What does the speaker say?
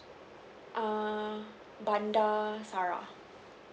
err bandar sara